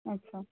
अच्छा